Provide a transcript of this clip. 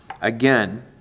again